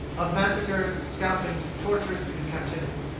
of massacres, scalpings, tortures, and captivity.